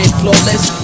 flawless